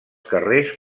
carrers